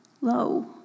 low